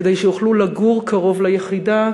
כדי שיוכלו לגור קרוב ליחידה,